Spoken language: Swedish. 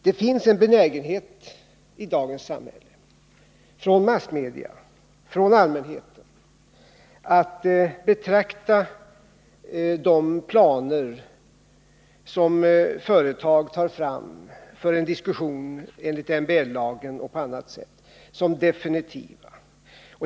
Det finns en benägenhet i dagens samhälle, från massmedia och från allmänheten, att betrakta de planer som företag tar fram för en diskussion enligt MBL och på annat sätt som definitiva.